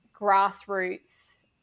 grassroots